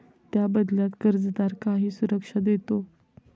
त्या बदल्यात कर्जदार काही सुरक्षा देतो